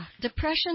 depression